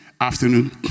afternoon